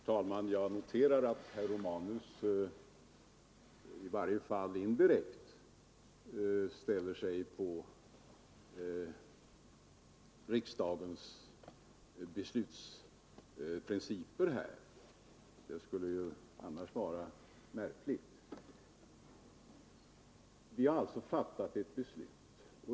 Herr talman! Jag noterar att herr Romanus, i varje fall indirekt, ansluter sig till riksdagens beslutsprinciper — och det skulle ju vara märkligt annars! Vi har alltså fattat ett beslut.